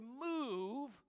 move